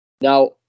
Now